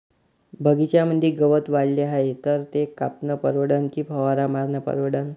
बगीच्यामंदी गवत वाढले हाये तर ते कापनं परवडन की फवारा मारनं परवडन?